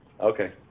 Okay